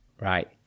right